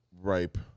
ripe